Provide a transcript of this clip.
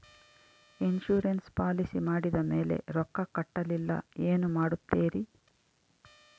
Insurance policy ಮಾಡಿದ ಮೇಲೆ ರೊಕ್ಕ ಕಟ್ಟಲಿಲ್ಲ ಏನು ಮಾಡುತ್ತೇರಿ?